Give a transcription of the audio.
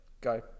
go